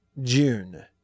June